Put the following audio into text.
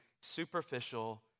superficial